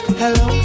hello